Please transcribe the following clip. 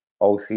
OC